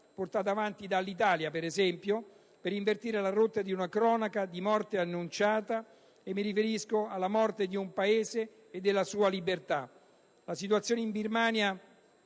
portata avanti dall'Italia, ad esempio, per invertire la rotta di una cronaca di una morte annunciata, e mi riferisco alla morte di un Paese e della sua libertà. La situazione in Birmania